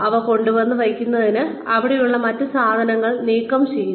അവ കൊണ്ട് വന്നു വയ്ക്കുന്നതിന് അവിടെ ഉള്ള മറ്റു സാദനങ്ങൾ നീക്കം ചെയ്യുന്നു